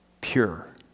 pure